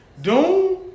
Doom